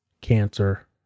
cancer